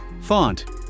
Font